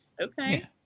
Okay